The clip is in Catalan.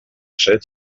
set